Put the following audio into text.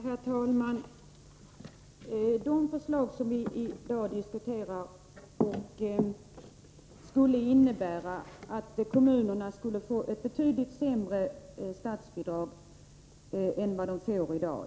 Herr talman! De förslag som vi i dag diskuterar skulle innebära att kommunerna skulle få ett betydligt sämre statsbidrag än vad de får i dag.